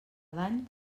dany